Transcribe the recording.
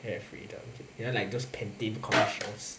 hair freedom you know like those protein commercials